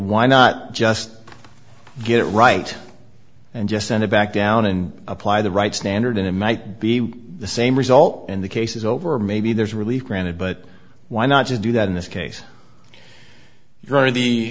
why not just get it right and just send it back down and apply the right standard in a might be the same result and the case is over or maybe there's a relief granted but why not just do that in this case